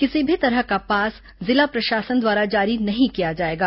किसी भी तरह का पास जिला प्रशासन द्वारा जारी नहीं किया जाएगा